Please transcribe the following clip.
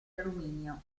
alluminio